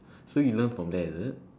so you learn from there is it